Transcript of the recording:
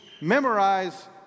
memorize